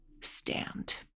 stand